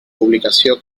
publicació